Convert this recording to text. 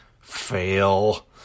Fail